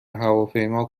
هواپیما